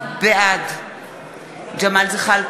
נגד גילה גמליאל,